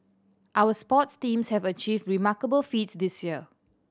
our sports teams have achieved remarkable feats this year